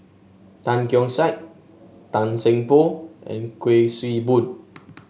Tan Keong Saik Tan Seng Poh and Kuik Swee Boon